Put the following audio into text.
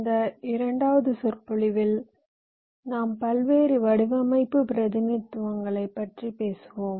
இந்த இரண்டாவது சொற்பொழிவில் நாம் பல்வேறு வடிவமைப்பு பிரதிநிதித்துவங்களைப் பற்றி பேசுவோம்